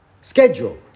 schedule